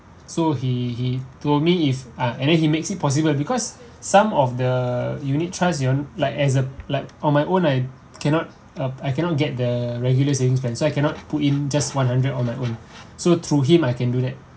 so he he told me if ah and then he makes it possible because some of the unit trust you on like as a like on my own I cannot uh I cannot get the regular savings plan so I cannot put in just one hundred on my own so through him I can do that